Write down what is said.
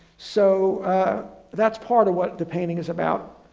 so that's part of what the painting is about.